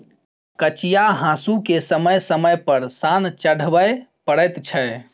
कचिया हासूकेँ समय समय पर सान चढ़बय पड़ैत छै